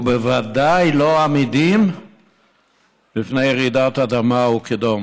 ובוודאי לא עמידים בפני רעידת אדמה וכדומה.